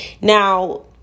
Now